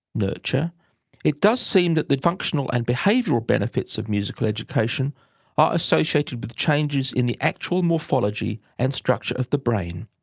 it does seem that the functional and behavioural benefits of musical education are associated with changes in the actual morphology and structure of the brain.